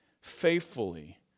faithfully